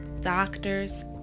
doctors